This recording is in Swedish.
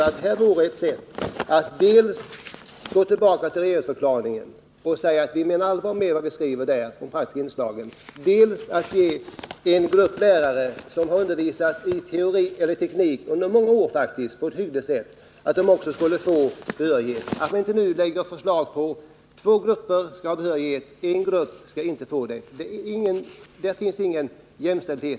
Jag tycker, fru statsråd, att man dels borde gå tillbaka till regeringsförklaringen och säga att man menar allvar med vad man skriver där om de praktiska inslagen, dels borde ge behörighet åt en grupp lärare som har undervisat i teknik under många år på ett hyggligt sätt. Om man nu lägger fram ett förslag om att två grupper skall ha behörighet medan en grupp inte skall få det, skapar man inte någon jämlikhet.